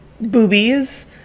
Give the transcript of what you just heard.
boobies